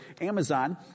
Amazon